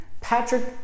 Patrick